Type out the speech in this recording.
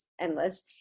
endless